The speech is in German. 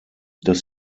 dass